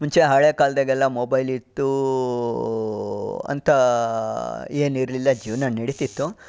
ಮುಂಚೆ ಹಳೆ ಕಾಲದಾಗೆಲ್ಲ ಮೊಬೈಲ್ ಇತ್ತು ಅಂತ ಏನಿರಲಿಲ್ಲ ಜೀವನ ನಡೀತಿತ್ತು